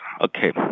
okay